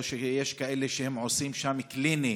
או יש כאלה שעושים שם קליני,